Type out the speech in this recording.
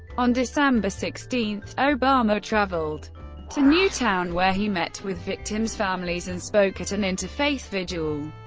on december sixteen, obama traveled to newtown where he met with victims' families and spoke at an interfaith vigil.